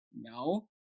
No